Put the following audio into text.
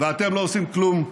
ואתם לא עושים כלום,